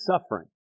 suffering